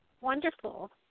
Wonderful